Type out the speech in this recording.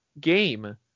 game